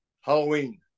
halloween